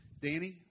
Danny